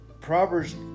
Proverbs